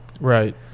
right